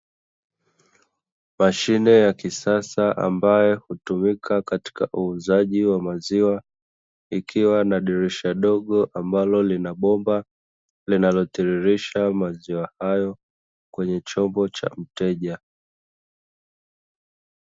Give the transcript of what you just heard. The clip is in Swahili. Mashine ya kisasa ambayo hutumika katika uuzaji wa maziwa, ikiwa na dirisha ndogo ambalo linabomba, linalo tiririsha maziwa hayo kwenye chombo cha mteja.